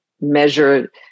measure